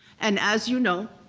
and as you know,